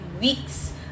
weeks